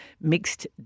mixed